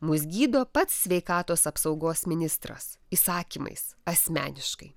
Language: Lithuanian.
mus gydo pats sveikatos apsaugos ministras įsakymais asmeniškai